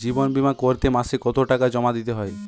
জীবন বিমা করতে মাসে কতো টাকা জমা দিতে হয়?